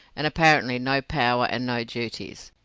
and apparently no power and no duties.